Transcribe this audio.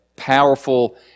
powerful